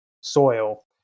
soil